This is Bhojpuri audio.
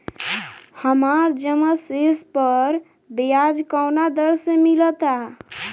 हमार जमा शेष पर ब्याज कवना दर से मिल ता?